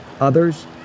Others